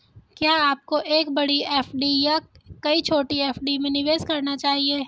क्या आपको एक बड़ी एफ.डी या कई छोटी एफ.डी में निवेश करना चाहिए?